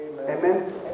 Amen